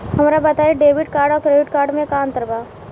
हमका बताई debit card और क्रेडिट कार्ड में का अंतर बा?